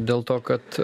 dėl to kad